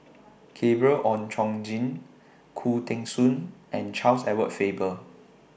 Gabriel Oon Chong Jin Khoo Teng Soon and Charles Edward Faber